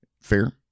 Fair